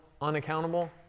unaccountable